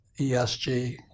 ESG